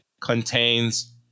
contains